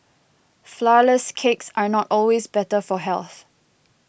Flourless Cakes are not always better for health